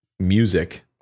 music